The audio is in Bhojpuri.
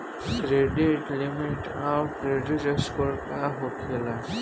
क्रेडिट लिमिट आउर क्रेडिट स्कोर का होखेला?